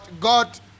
God